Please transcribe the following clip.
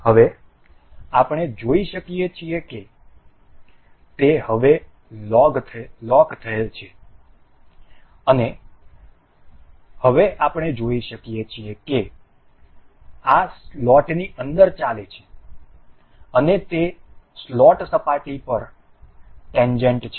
હવે આપણે જોઈ શકીએ છીએ કે તે હવે લોગ થયેલ છે અને હવે આપણે જોઈ શકીએ છીએ આ સ્લોટની અંદર ચાલે છે અને તે સ્લોટ સપાટી પર ટેન્જેન્ટ છે